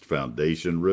Foundation